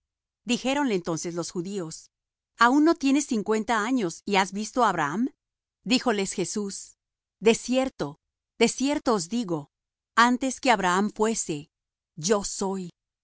dijéronle entonces los judíos aun no tienes cincuenta años y has visto á abraham díjoles jesús de cierto de cierto os digo antes que abraham fuese yo soy